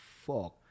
fuck